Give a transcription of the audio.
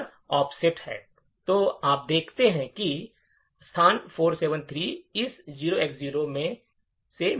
तो आप देख सकते हैं कि स्थान 473 इस 0X0 से मेल खाता है